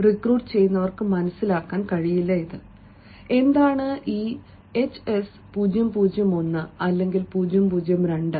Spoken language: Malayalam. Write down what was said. റിക്രൂട്ട് ചെയ്യുന്നവർക്ക് മനസ്സിലാക്കാൻ കഴിയില്ല എന്താണ് ഇത് hs 0 0 1 അല്ലെങ്കിൽ 0 0 2